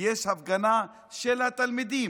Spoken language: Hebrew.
יש הפגנה של התלמידים.